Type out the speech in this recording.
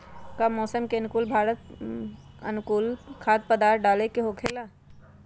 का मौसम के अनुकूल खाद्य पदार्थ डाले के होखेला?